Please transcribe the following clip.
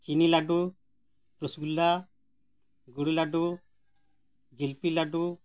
ᱪᱤᱱᱤ ᱞᱟᱹᱰᱩ ᱨᱚᱥᱚᱜᱩᱞᱞᱟ ᱜᱩᱲ ᱞᱟᱹᱰᱩ ᱡᱷᱤᱞᱟᱹᱯᱤ ᱞᱟᱹᱰᱩ